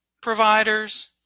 providers